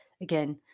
again